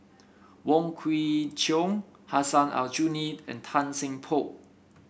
Wong Kwei Cheong Hussein Aljunied and Tan Seng Poh